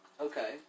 Okay